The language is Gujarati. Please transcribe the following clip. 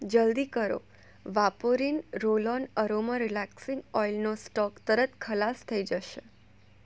જલદી કરો વાપોરીન રોલ ઓન અરોમા રીલેક્સિંગ ઓઈલનો સ્ટોક તરત ખલાસ થઇ જશે